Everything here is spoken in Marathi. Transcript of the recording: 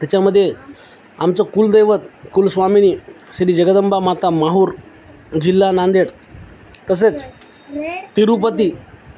त्याच्यामध्ये आमचं कुलदैवत कुलस्वामीनी श्री जगदंबा माता माहूर जिल्हा नांदेड तसेच तिरूपती